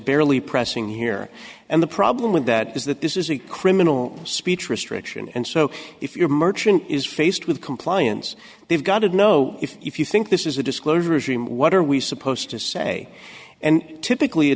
barely pressing here and the problem with that is that this is a criminal speech restriction and so if your merchant is faced with compliance they've got to know if you think this is a disclosure regime what are we supposed to say and typically a